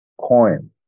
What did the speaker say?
coin